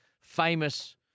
famous